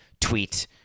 tweet